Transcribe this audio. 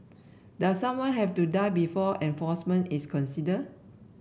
does someone have to die before enforcement is considered